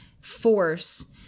force